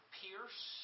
pierce